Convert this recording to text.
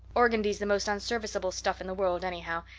organdy's the most unserviceable stuff in the world anyhow,